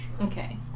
Okay